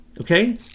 okay